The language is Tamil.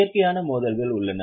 இயற்கையான மோதல்கள் உள்ளன